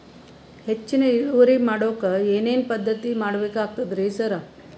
ಹೆಚ್ಚಿನ್ ಇಳುವರಿ ಮಾಡೋಕ್ ಏನ್ ಏನ್ ಪದ್ಧತಿ ಮಾಡಬೇಕಾಗ್ತದ್ರಿ ಸರ್?